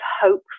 hope